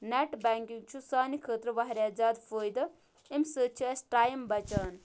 net banking چھُ سانہِ خٲطرٕ واریاہ زیادٕ فٲیدٕ امہِ سۭتۍ چھُ اَسہِ ٹایِم بَچان